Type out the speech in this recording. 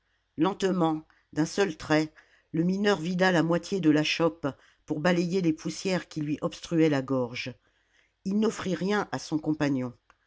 lentement d'un seul trait le mineur vida la moitié de la chope pour balayer les poussières qui lui obstruaient la gorge il n'offrit rien à son compagnon